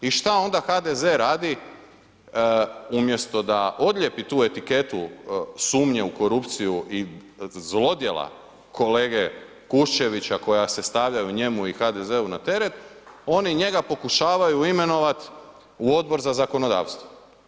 I šta onda HDZ radi, umjesto da odlijepi tu etiketu sumnje u korupciju i zlodjela kolege Kuščevića koja se stavljaju njemu i HDZ-u na teret oni njega pokušavaju imenovati u Odbor za zakono9davstvo.